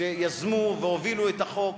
שיזמו והובילו את החוק.